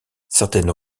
certaines